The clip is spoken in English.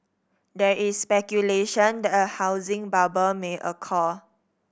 there is speculation that a housing bubble may occur